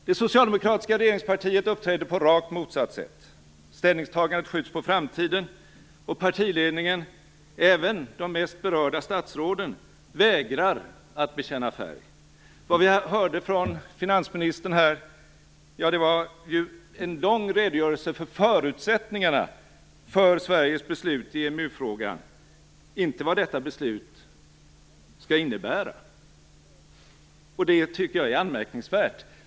Det socialdemokratiska regeringspartiet uppträder på rakt motsatt sätt. Ställningstagandet skjuts på framtiden, och partiledningen - även de mest berörda statsråden - vägrar att bekänna färg. Vad vi hörde från finansministern här var en lång redogörelse för förutsättningarna för Sveriges beslut i EMU-frågan, inte vad detta beslut skall innebära. Det tycker jag är anmärkningsvärt.